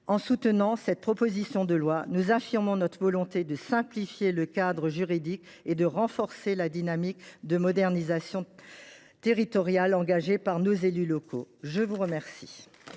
En soutenant cette proposition de loi, nous affirmons notre volonté de simplifier le cadre juridique et de renforcer la dynamique de modernisation territoriale engagée par nos élus locaux. La parole